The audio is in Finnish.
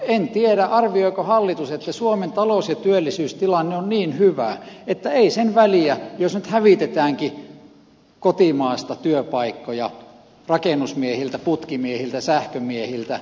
en tiedä arvioiko hallitus että suomen talous ja työllisyystilanne on niin hyvä että ei sen väliä jos nyt hävitetäänkin kotimaasta työpaikkoja rakennusmiehiltä putkimiehiltä sähkömiehiltä hoiva alan ihmisiltä